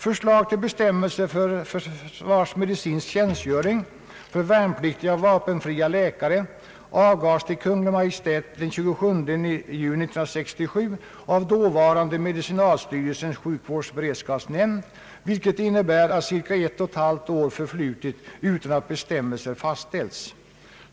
Förslag till bestämmelser om försvarsmedicinsk tjänstgöring för värnpliktiga och vapenfria tjänstepliktiga läkare avgavs till Kungl. Maj:t den 21 juni 1967 av dåvarande medicinalstyrelsens sjukvårdsberedskapsnämnd, vilket innebär att cirka ett och ett halvt år har förflutit utan att bestämmelser fastställts.